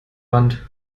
wand